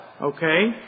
Okay